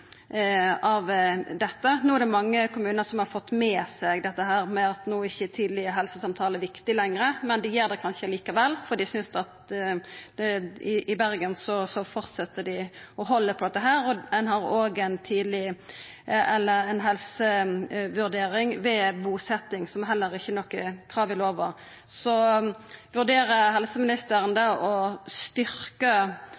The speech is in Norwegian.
dette. No er det mange kommunar som har fått med seg at tidleg helsesamtale ikkje er viktig lenger, men dei gjer det kanskje likevel. I Bergen held dei framleis på dette, og ein har òg ei helsevurdering ved busetjing, som heller ikkje er noko krav i lova. Så vurderer helseministeren